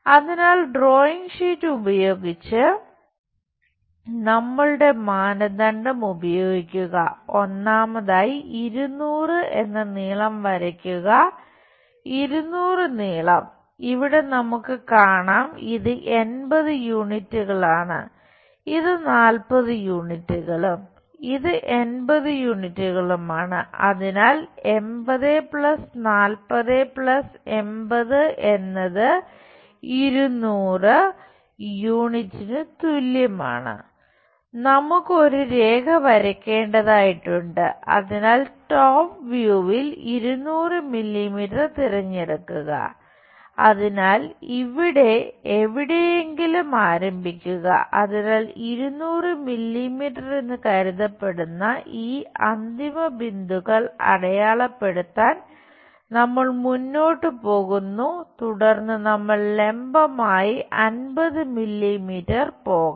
അതിനാൽ drawing sheet ഉപയോഗിച്ച് നമ്മളുടെ മാനദണ്ഡം പോകണം